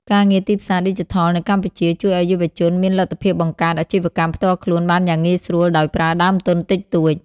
ការងារទីផ្សារឌីជីថលនៅកម្ពុជាជួយឱ្យយុវជនមានលទ្ធភាពបង្កើតអាជីវកម្មផ្ទាល់ខ្លួនបានយ៉ាងងាយស្រួលដោយប្រើដើមទុនតិចតួច។